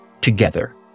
together